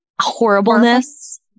horribleness